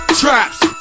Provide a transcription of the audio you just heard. traps